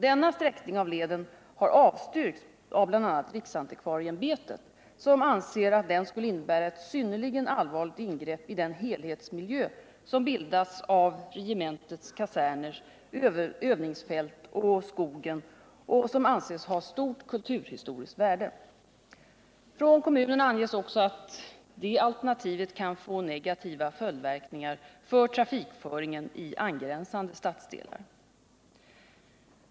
Denna sträckning av leden har avstyrkts av bl.a. riksantikvarieämbetet, som anser att den skulle innebära ett synnerligen allvarligt ingrepp i den helhetsmiljö som bildas av regementets kaserner, övningsfält och skogen och som anses ha stort kulturhistoriskt värde. Från kommunen anges också att det alternativet kan få negativa följdverkningar för trafikföringen i angränsande stadsdelar.